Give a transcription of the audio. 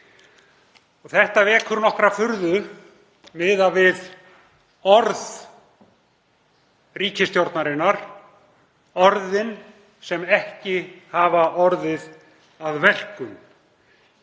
Þetta vekur nokkra furðu miðað við orð ríkisstjórnarinnar, orðin sem ekki hafa orðið að verkum.